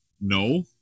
No